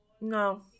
no